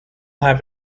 have